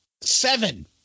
Seven